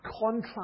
contrast